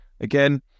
again